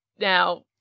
now